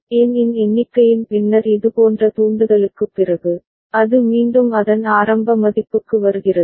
N இன் எண்ணிக்கையின் பின்னர் இதுபோன்ற தூண்டுதலுக்குப் பிறகு அது மீண்டும் அதன் ஆரம்ப மதிப்புக்கு வருகிறது